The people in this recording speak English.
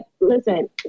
listen